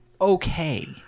okay